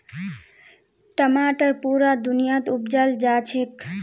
टमाटर पुरा दुनियात उपजाल जाछेक